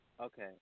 okay